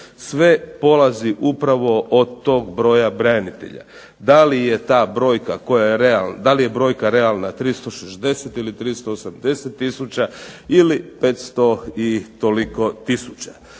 je ta brojka koja realna, da li je brojka realna 360 ili 380 tisuća ili 500 i toliko tisuća.